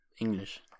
English